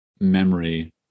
memory